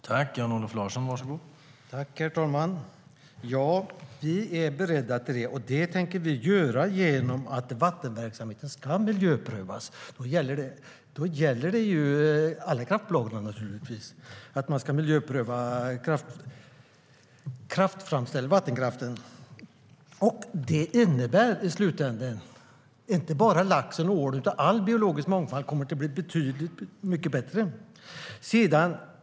Herr talman! Ja, vi är beredda att göra det. Det tänker vi göra genom att vattenverksamheten miljöprövas. Det gäller alla kraftbolag. Man ska miljöpröva vattenkraften. Det innebär i slutändan att inte bara laxen och ålen utan hela den biologiska mångfalden kommer att bli betydligt mycket bättre.